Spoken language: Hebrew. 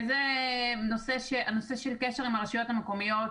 הנושא של קשר עם הרשויות המקומיות,